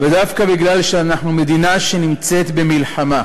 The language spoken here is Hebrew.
ודווקא בגלל שאנחנו מדינה שנמצאת במלחמה,